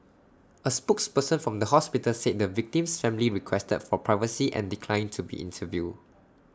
A spokesperson from the hospital said the victim's family requested for privacy and declined to be interviewed